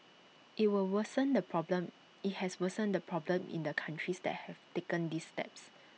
IT will worsen the problem IT has worsened the problem in the countries that have taken these steps